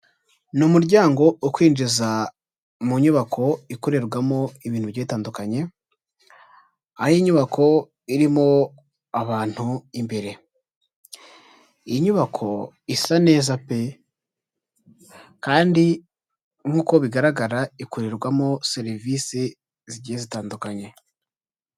Ni umuryango ukwinjiza mu nyubako ikorerwamo ibintu bigiye bitandukanye, aho inyubako irimo abantu imbere. Iyi nyubako isa neza pe kandi nk'uko bigaragara ikorerwamo serivise zigiye zitandukanye.